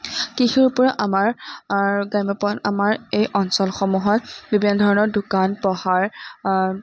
কৃষিৰপৰা আমাৰ গ্ৰাম্য আমাৰ এই অঞ্চলসমূহত বিভিন্ন ধৰণৰ দোকান পোহাৰ